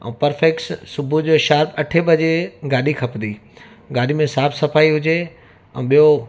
ऐ परफैक्स सुबुह जो शाम अठे बजे गाॾी खपंदी गाॾी में साफ़ सफ़ाई हुजे ऐं ॿियो